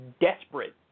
desperate